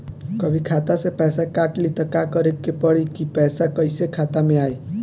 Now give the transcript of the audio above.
कभी खाता से पैसा काट लि त का करे के पड़ी कि पैसा कईसे खाता मे आई?